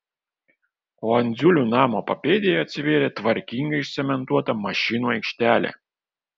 o andziulių namo papėdėje atsivėrė tvarkingai išcementuota mašinų aikštelė